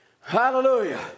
hallelujah